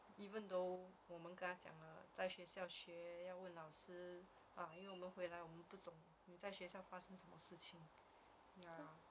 even though 我们跟她讲了在学校学要问老师啊因为我们回来我们不懂你在学校发生什么事情 ya